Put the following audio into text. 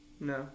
No